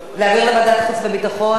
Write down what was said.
להעביר לוועדת חוץ וביטחון,